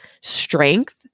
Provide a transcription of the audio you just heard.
strength